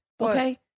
Okay